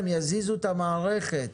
הם יזיזו את המערכת.